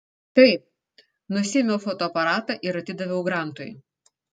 taip nusiėmiau fotoaparatą ir atidaviau grantui